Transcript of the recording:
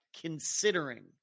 considering